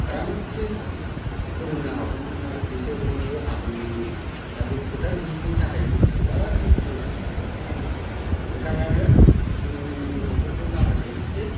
आरामसे फोरोंनो हागौमोन आरो दैथायहरनोबो हागौमोन जोङो दा बे फोथार गैयिनि थाखायनो जोंहा बिराद दुखु नांथाव बे फोथारानो जोंनि गथ'फोरखौ माखासे इसे